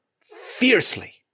Fiercely